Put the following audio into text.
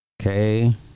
okay